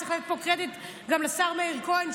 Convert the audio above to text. צריך לתת פה קרדיט גם לשר מאיר כהן,